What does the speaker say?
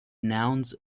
nouns